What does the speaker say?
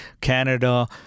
Canada